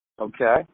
Okay